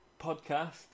podcast